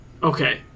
Okay